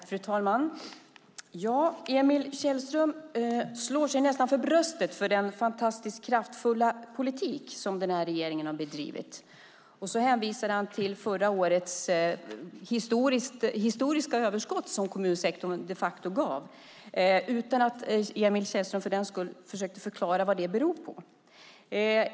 Fru talman! Emil Källström slår sig nästan för bröstet över den fantastiskt kraftfulla politik som den här regeringen har bedrivit. Han hänvisar till förra årets historiska överskott som kommunsektorn de facto gav men utan att för den skull försöka förklara vad det beror på.